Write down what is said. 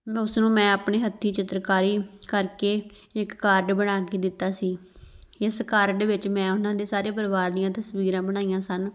ਮੈਂ ਉਸ ਨੂੰ ਮੈਂ ਆਪਣੇ ਹੱਥੀ ਚਿੱਤਰਕਾਰੀ ਕਰਕੇ ਇੱਕ ਕਾਰਡ ਬਣਾ ਕੇ ਦਿੱਤਾ ਸੀ ਇਸ ਕਾਰਡ ਵਿੱਚ ਮੈਂ ਉਹਨਾਂ ਦੇ ਸਾਰੇ ਪਰਿਵਾਰ ਦੀਆਂ ਤਸਵੀਰਾਂ ਬਣਾਈਆਂ ਸਨ